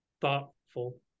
thoughtful